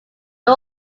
new